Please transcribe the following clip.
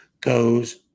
goes